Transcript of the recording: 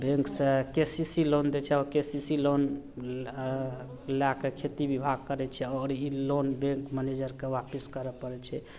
बैँकसे K C C loan दै छै आओर के सी सी लोन लैके खेती विभाग करै छै आओर ई लोन बैँक मैनेजरके आपस करै पड़ै छै